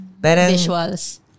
Visuals